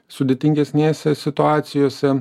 sudėtingesnėse situacijose